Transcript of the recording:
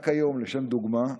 רק היום, לשם דוגמה,